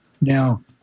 Now